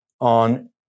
on